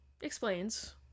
explains